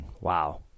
wow